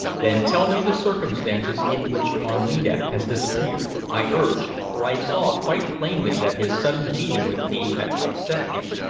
then tell me the circumstances in which armida has disappeared, i urged, for i saw quite plainly that his sudden meeting with me had upset him,